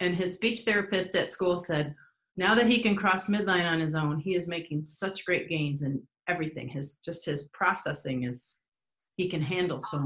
and his speech therapist at school said now that he can cross midnight on his own he is making such great gains and everything his just as processing as he can handle so